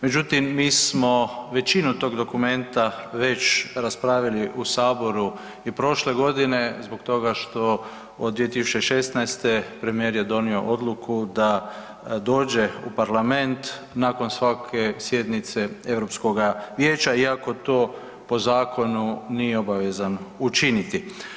Međutim, mi smo većinu tog dokumenta već raspravili u Saboru i prošle godine zbog toga što od 2016. premijer je donio odluku da dođe u Parlament nakon svake sjednice Europskoga vijeća iako to po zakonu nije obavezan učiniti.